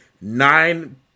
nine